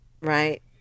Right